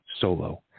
solo